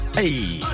hey